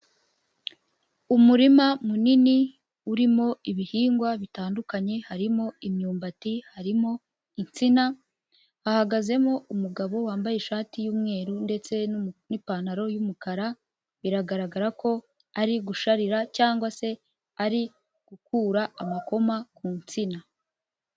Umurima munini urimo ibihingwa bitandukanye; harimo imyumbati, harimo insina, hahagazemo umugabo wambaye ishati y'umweru ndetse n'ipantaro y'umukara, biragaragara ko ari gusharira cyangwa se ari gukura amakoma ku nsina.